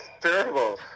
terrible